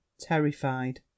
terrified